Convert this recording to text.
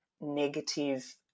negative